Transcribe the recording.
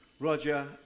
Roger